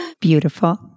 Beautiful